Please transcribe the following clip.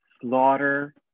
slaughter